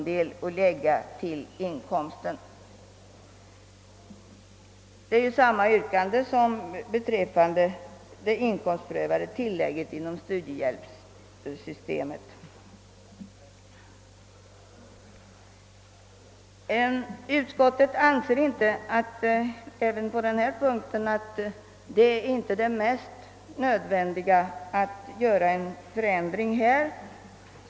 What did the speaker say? Detta äverensstämmer med yrkandet i fråga om det inkomstprövade tillägget inom <studiehjälpssystemet. Utskottet anser även på den här punkten att en sådan ändring inte hör till det mest nödvändiga.